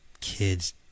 kids